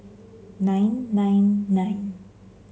nine nine nine